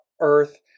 Earth